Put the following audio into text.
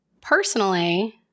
Personally